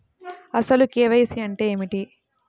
అసలు కే.వై.సి అంటే ఏమిటి?